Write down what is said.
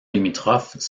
limitrophes